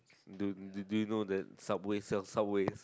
do do you know that subway sells subways